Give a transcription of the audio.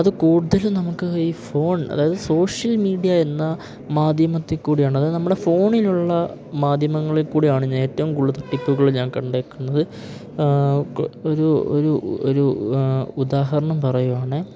അത് കൂടുതലും നമുക്ക് ഈ ഫോൺ അതായത് സോഷ്യൽ മീഡിയ എന്ന മാധ്യമത്തിൽ കൂടിയാണ് അതായത് നമ്മുടെ ഫോണിലുള്ള മാധ്യമങ്ങളിൽ കൂടിയാണ് ഞാന് ഏറ്റവും കൂടുതൽ ടിപ്പുകള് ഞാൻ കണ്ടേക്കുന്നത് ഒരു ഒരു ഒരു ഉദാഹരണം പറയുവാണേൽ